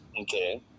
Okay